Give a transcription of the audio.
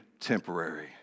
temporary